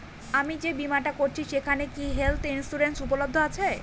আমি যে বীমাটা করছি সেইখানে কি হেল্থ ইন্সুরেন্স উপলব্ধ আছে?